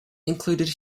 included